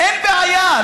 אין בעיה.